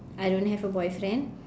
I don't have a boyfriend